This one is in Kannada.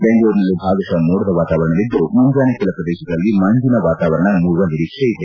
ಬೆಂಗಳೂರಿನಲ್ಲಿ ಭಾಗಶಃ ಮೋಡದ ವಾತಾವರಣವಿದ್ದು ಮುಂಜಾನೆ ಕೆಲ ಪ್ರದೇಶಗಳಲ್ಲಿ ಮಂಜಿನ ವಾತಾವರಣ ಮೂಡುವ ನಿರೀಕ್ಷೆ ಇದೆ